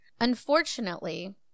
Unfortunately